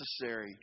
necessary